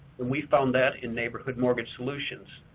we found that in neighborhood mortgage solutions.